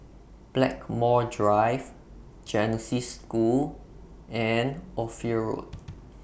Blackmore Drive Genesis School and Ophir Road